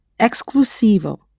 exclusivo